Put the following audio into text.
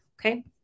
Okay